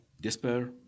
despair